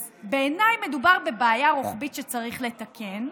אז בעיניי מדובר בבעיה רוחבית שצריך לתקן,